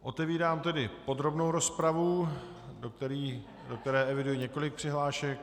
Otevírám tedy podrobnou rozpravu, do které eviduji několik přihlášek.